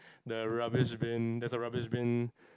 the rubbish bin there's a rubbish bin